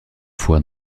fois